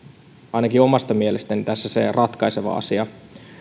ainakin omasta mielestäni tässä se ratkaiseva asia